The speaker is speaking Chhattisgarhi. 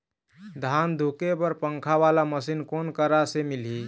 धान धुके बर पंखा वाला मशीन कोन करा से मिलही?